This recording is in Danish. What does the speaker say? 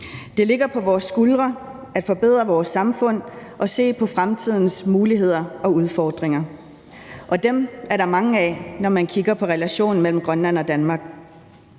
Det ligger på vores skuldre at forbedre vores samfund og se på fremtidens muligheder og udfordringer, og dem er der mange af, når man kigger på relationen mellem Grønland og Danmark.